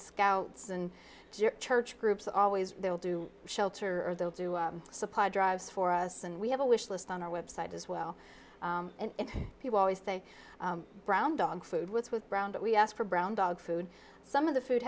scouts and church groups always they'll do shelter or they'll do supply drives for us and we have a wish list on our website as well and people always say brown dog food with with brown that we asked for brown dog food some of the food